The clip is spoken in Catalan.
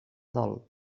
dol